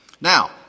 Now